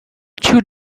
two